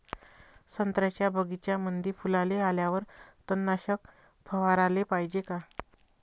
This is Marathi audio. संत्र्याच्या बगीच्यामंदी फुलाले आल्यावर तननाशक फवाराले पायजे का?